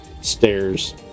stairs